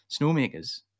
snowmakers